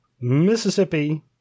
Mississippi